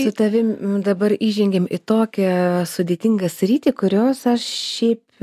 su tavimi dabar įžengėm į tokią sudėtingą sritį kurios šiaip